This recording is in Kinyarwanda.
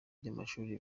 by’amashuri